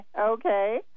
Okay